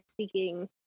seeking